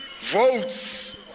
votes